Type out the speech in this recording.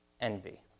envy